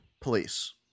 Police